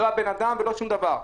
לא הבן אדם ולא שום דבר.